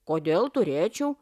kodėl turėčiau